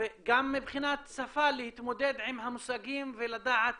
גם מבחינת שפה להתמודד עם המושגים ולדעת